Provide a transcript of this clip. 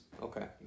Okay